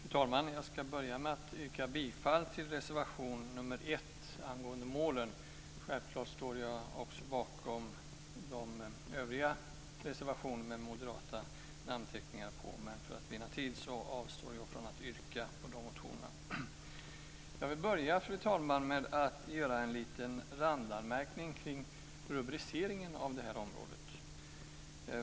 Fru talman! Först yrkar jag bifall till reservation 1 angående målen men självklart står jag bakom övriga reservationer med moderata namn. För att vinna tid avstår jag dock från yrkanden vad gäller de reservationerna. Inledningsvis vill jag göra en randanmärkning beträffande rubriceringen av det här området.